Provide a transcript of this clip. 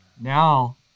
Now